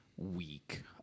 week